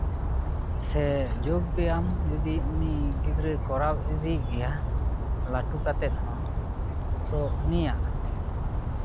ᱥᱮ ᱡᱳᱜᱽ ᱵᱮᱭᱟᱢ ᱡᱩᱫᱤ ᱩᱱᱤ ᱜᱤᱫᱽᱨᱟᱹ ᱠᱚᱨᱟᱣ ᱤᱫᱤ ᱜᱮᱭᱟ ᱞᱟᱹᱴᱩ ᱠᱟᱛᱮᱫᱦᱚᱸ ᱛᱳ ᱩᱱᱤᱭᱟᱜ